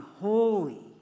holy